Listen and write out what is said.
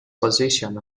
position